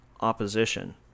opposition